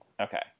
Okay